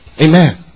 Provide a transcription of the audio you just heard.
Amen